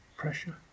Pressure